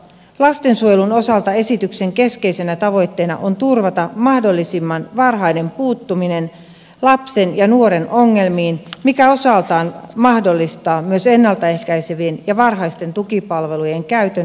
lastensuojelun osalta esityksen keskeisenä tavoitteena on turvata mahdollisimman varhainen puuttuminen lapsen ja nuoren ongelmiin mikä osaltaan mahdollistaa myös ennalta ehkäisevien ja varhaisten tukipalvelujen käytön aikaisempaa laajemmin